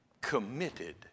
committed